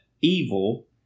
evil